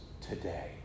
today